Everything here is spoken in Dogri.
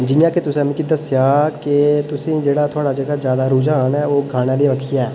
जियां के तुसें मिकी दस्सेआ के तु'दां ज्यादातर रुझान ऐ औह् गाने आहली बक्खी ऐ